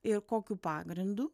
ir kokiu pagrindu